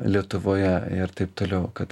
lietuvoje ir taip toliau kad